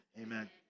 Amen